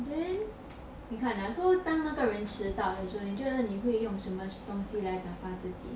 then 你看 ah 当那个人迟到你觉得你会用什么东西来打发自己